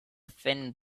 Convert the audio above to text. thin